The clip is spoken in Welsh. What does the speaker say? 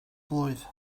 blwydd